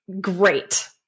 great